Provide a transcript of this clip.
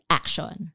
action